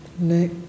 neck